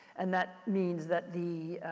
and that means that the,